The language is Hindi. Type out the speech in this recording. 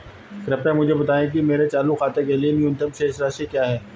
कृपया मुझे बताएं कि मेरे चालू खाते के लिए न्यूनतम शेष राशि क्या है